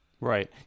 Right